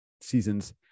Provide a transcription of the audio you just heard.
seasons